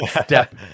step